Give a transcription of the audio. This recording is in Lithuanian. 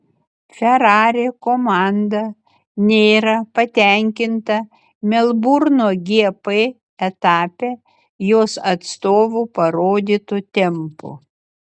ferrari komanda nėra patenkinta melburno gp etape jos atstovų parodytu tempu